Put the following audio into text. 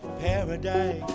paradise